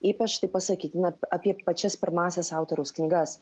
ypač tai pasakytina apie pačias pirmąsias autoriaus knygas